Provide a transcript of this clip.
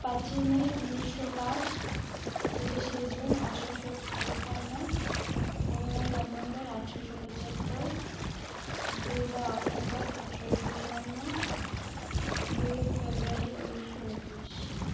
ᱯᱟᱪᱮᱭ ᱢᱮ ᱩᱱᱤᱥᱥᱚ ᱯᱟᱸᱪ ᱛᱤᱨᱤᱥᱮ ᱡᱩᱱ ᱟᱴᱷᱮᱨᱚᱥᱚ ᱯᱚᱪᱯᱟᱱᱱᱚ ᱯᱚᱱᱮᱨᱚᱭ ᱱᱚᱵᱷᱮᱢᱵᱚᱨ ᱟᱴᱷᱮᱨᱚ ᱥᱚ ᱯᱚᱪᱟᱛᱛᱚᱨ ᱫᱩᱭᱨᱟ ᱚᱠᱴᱳᱵᱚᱨ ᱟᱴᱷᱮᱨᱚᱥᱚ ᱪᱩᱣᱟᱱᱱᱚ ᱫᱩᱭ ᱯᱷᱮᱵᱨᱩᱣᱟᱨᱤ ᱩᱱᱱᱤᱥᱥᱚ ᱩᱱᱛᱨᱤᱥ